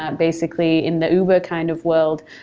ah basically, in the uber kind of world,